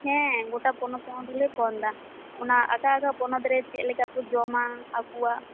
ᱦᱮᱸᱻ ᱜᱚᱴᱟ ᱯᱚᱱᱚᱛ ᱯᱚᱱᱚᱛ ᱜᱮᱞᱮ ᱯᱷᱳᱱ ᱮᱫᱟ ᱚᱱᱟ ᱚᱠᱟ ᱚᱠᱟ ᱯᱚᱱᱚᱛ ᱨᱮ ᱪᱮᱫ ᱞᱮᱠᱟ ᱠᱚ ᱡᱚᱢᱟ ᱟᱠᱚᱣᱟᱜ